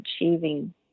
achieving